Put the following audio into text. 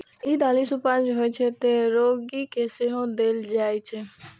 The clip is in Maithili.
ई दालि सुपाच्य होइ छै, तें रोगी कें सेहो देल जाइ छै